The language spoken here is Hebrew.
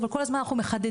אבל כל הזמן אנחנו מחדדים,